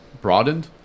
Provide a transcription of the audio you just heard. broadened